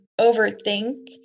overthink